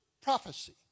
prophecy